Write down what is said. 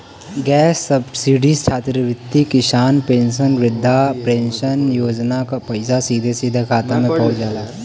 gas subsidy छात्रवृत्ति किसान pension वृद्धा पेंशन योजना क पैसा सीधे खाता में पहुंच जाला